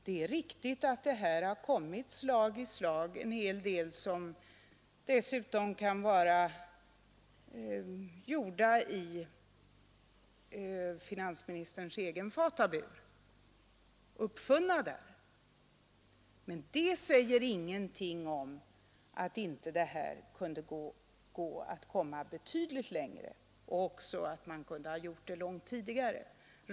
Det är riktigt att det slag i slag har kommit en hel del saker som dessutom kan vara uppfunna i finansministerns egen fatabur. Men det säger inte att man inte skulle ha kunnat komma betydligt längre och gjort det långt tidigare.